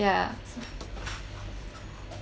yeah